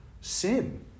sin